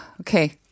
Okay